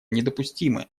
недопустимы